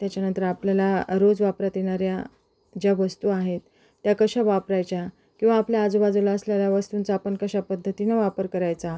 त्याच्यानंतर आपल्याला रोज वापरात येणाऱ्या ज्या वस्तू आहेत त्या कशा वापरायच्या किंवा आपल्या आजूबाजूला असलेल्या वस्तूंचा आपण कशा पद्धतीनं वापर करायचा